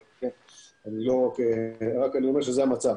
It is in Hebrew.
אני רק אומר שזה המצב.